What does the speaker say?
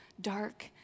dark